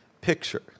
picture